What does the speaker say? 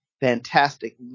fantastic